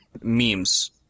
memes